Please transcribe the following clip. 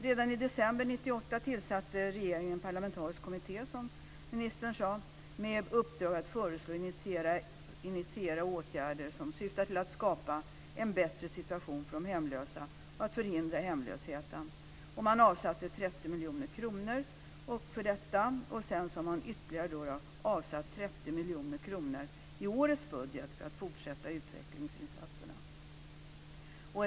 Redan i december 1998 tillsatte regeringen en parlamentarisk kommitté, som ministern sade, med uppdrag att föreslå och initiera åtgärder som syftar till att skapa en bättre situation för de hemlösa och att förhindra hemlösheten. Man avsatte 30 miljoner kronor för detta. Sedan har man avsatt ytterligare 30 miljoner kronor i årets budget för att fortsätta utvecklingsinsatserna.